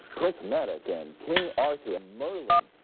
prince madoc, and king arthur and merlin.